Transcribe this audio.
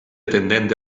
tendente